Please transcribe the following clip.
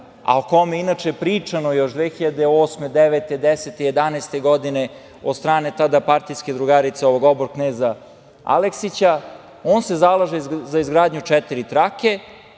a o kome je inače pričano još 2008, 2009, 2010, 2011. godine od strane tada partijske drugarice ovog obor kneza Aleksića, on se zalaže za izgradnju četiri trake,